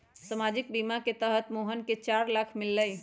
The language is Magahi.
सामाजिक बीमा के तहत मोहन के चार लाख मिललई